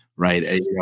right